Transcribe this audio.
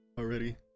Already